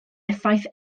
effaith